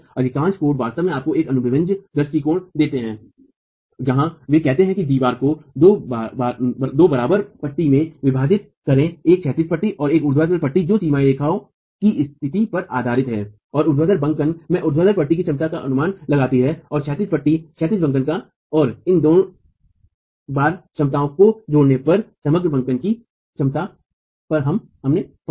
अधिकांश कोड वास्तव में आपको एक अनुभवजन्य दृष्टिकोण देते हैं जहां वे कहते हैं कि दीवार को दो बराबर पट्टी में विभाजित करें एक क्षैतिज पट्टी और एक ऊर्ध्वाधर पट्टी जो सीमारेखा की स्थिति पर आधारित है और ऊर्ध्वाधर बंकन में ऊर्ध्वाधर पट्टी की क्षमता का अनुमान लगाती है और क्षैतिज पट्टी क्षैतिज बंकन का और इन दो बराबर क्षमताओं को जोड़ने और समग्र बंकन की क्षमता पर हमे पहुंचे